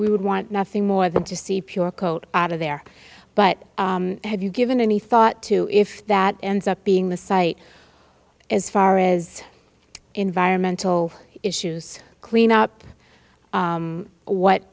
we would want nothing more than to see pure coat out of there but have you given any thought to if that ends up being the site as far as environmental issues clean up what